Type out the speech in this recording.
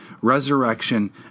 resurrection